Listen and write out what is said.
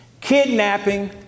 kidnapping